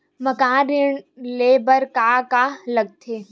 मकान ऋण ले बर का का लगथे?